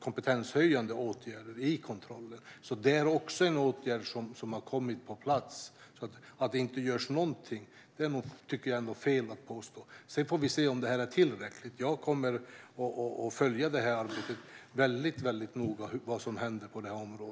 kompetenshöjande åtgärder när det gäller kontrollen. Det är också en åtgärd som har kommit på plats. Jag tycker nog att det är fel att påstå att det inte görs någonting. Sedan får vi se om det är tillräckligt. Jag kommer att följa arbetet och vad som händer på området väldigt noga.